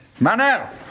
Manel